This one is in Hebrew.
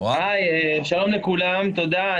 שלום לכולם, תודה.